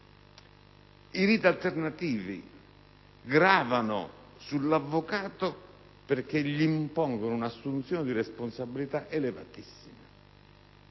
I riti alternativi gravano sull'avvocato, perché gli impongono una assunzione di responsabilità elevatissima.